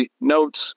notes